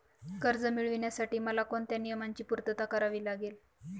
कर्ज मिळविण्यासाठी मला कोणत्या नियमांची पूर्तता करावी लागेल?